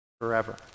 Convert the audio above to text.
forever